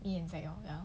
me and fannel ya